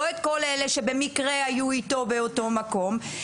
לא את כל אלה שבמקרה היו איתו באותו מקום.